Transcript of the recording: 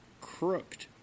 Crooked